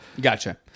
Gotcha